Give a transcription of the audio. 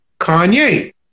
Kanye